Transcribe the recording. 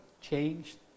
changed